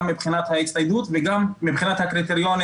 מבחינת ההצטיידות וגם מבחינת הקריטריונים,